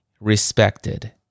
respected